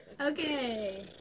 Okay